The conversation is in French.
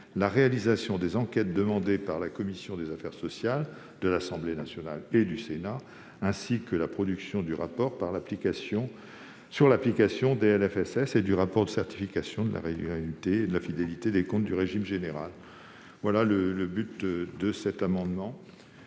la réalisation des enquêtes demandées par les commissions des affaires sociales de l'Assemblée nationale et du Sénat, ainsi que la production du rapport sur l'application des LFSS et du rapport de certification des comptes du régime général de sécurité sociale.